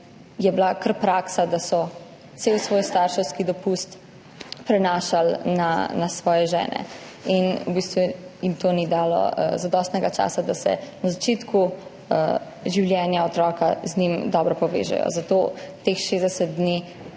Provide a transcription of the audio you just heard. je bila kar praksa, da so cel svoj starševski dopust prenašali na svoje žene in v bistvu jim to ni dalo zadostnega časa, da se na začetku življenja otroka z njim dobro povežejo, zato se mi zdi